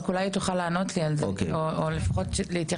אולי היא תוכל לענות לי על זה, או לפחות להתייחס.